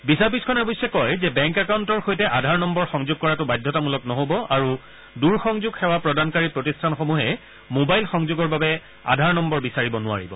বিচাৰপীঠখনে অৱশ্যে কয় যে বেংক একাউণ্টৰ সৈতে আধাৰ নম্বৰ সংযোগ কৰাটো বাধ্যতামূলক নহ'ব আৰু দূৰসংযোগ সেৱা প্ৰদানকাৰী প্ৰতিষ্ঠানসমূহে মোবাইল সংযোগৰ বাবে আধাৰ নম্বৰ বিচাৰিব নোৱাৰিব